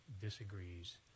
disagrees